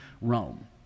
Rome